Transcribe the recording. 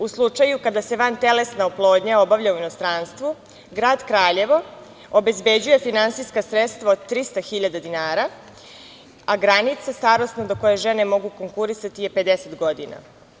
U slučaju kada se vantelesna oplodnja obavlja u inostranstvu grad Kraljevo obezbeđuje finansijska sredstva od 300.000 dinara, a starosna granica do koje žene mogu konkurisati je 50 godina.